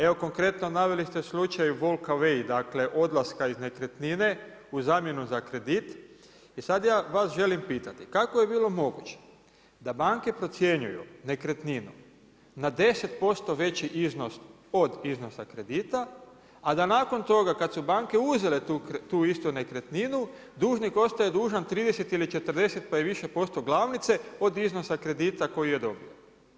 Evo konkretno naveli ste slučaj walk away, dakle odlaska iz nekretnine u zamjenu za kredit i sada ja vas želim pitati, kako je bilo moguće da banke procjenjuju nekretninu na 10% veći iznos od iznosa kredita, a da nakon toga kada su banke uzele tu istu nekretninu dužnik ostaje dužan 30 ili 40 pa i više posto glavnice od iznosa kredita koji je dobio?